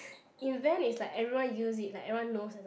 invent is like everyone use it like everyone knows